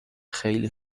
خیلی